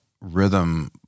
Rhythm